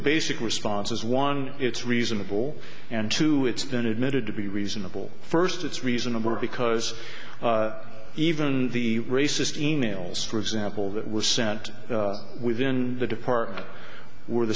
basic responses one it's reasonable and two it's been admitted to be reasonable first it's reasonable because even the racist e mails for example that was sent within the department were the